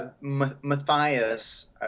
Matthias